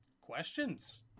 Questions